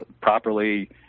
properly